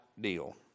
deal